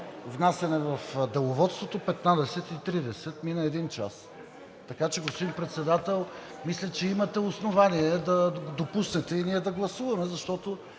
внасяне в Деловодството – 15,30 ч. Мина един час. Така че, господин Председател, мисля, че имате основание да допуснете и ние да гласуваме, защото